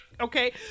Okay